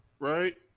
Right